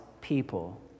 people